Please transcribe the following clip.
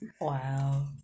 Wow